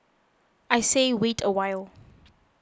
I say wait a while